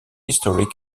historic